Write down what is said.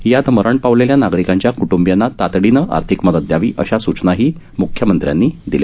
यात मरण पावलेल्या नागरिकींच्या क्टंबिंयाना तातडीनं आर्थिक मदत द्यावी अशा सूचनाही म्ख्यमंत्र्यांनी दिल्या